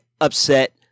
upset